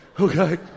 okay